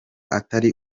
atari